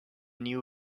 new